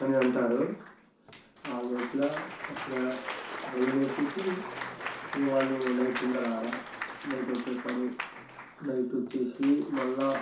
అని అంటారు ఆ లోపల అక్కడ వలలు వేసేసి ఇంకా వాళ్ళు నైట్ ఉండరా ఆడ నైట్ వచ్చేస్తారు నైట్ వచ్చేసి మళ్ళీ